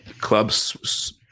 clubs